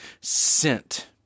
sent